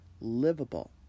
livable